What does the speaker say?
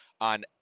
on